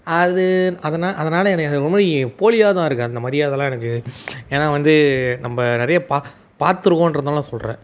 அது அதனால் அதனால் என்னை அது ஒருமாதிரி போலியாக தான் இருக்குது அந்த மரியாதைலாம் எனக்கு ஏன்னா வந்து நம்ம நிறைய பாத்திருக்கோன்றதுனால நான் சொல்கிறேன்